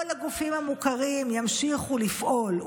כל הגופים המוכרים ימשיכו לפעול,